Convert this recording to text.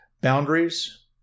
boundaries